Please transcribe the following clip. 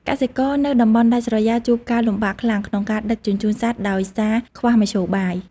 កសិករនៅតំបន់ដាច់ស្រយាលជួបការ លំបាកខ្លាំង ក្នុងការដឹកជញ្ជូនសត្វដោយសារខ្វះមធ្យោបាយ។